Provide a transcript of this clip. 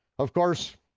of course,